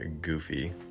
goofy